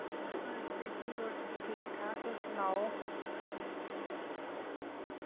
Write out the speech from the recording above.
नमस्ते जी और ठीक ठाक तुस सनाओ